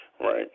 Right